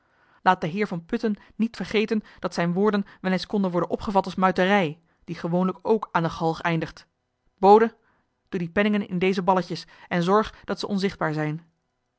de heer van putten niet vergeten dat zijne woorden wel eens konden worden opgevat als muiterij die gewoonlijk ook aan de galg eindigt bode doe die penningen in deze balletjes en zorg dat zij onzichtbaar zijn